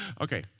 Okay